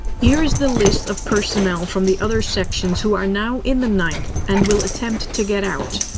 here's the list of personnel from the other sections, who are now in the ninth and will attempt to get out.